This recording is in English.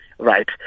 Right